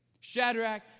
Shadrach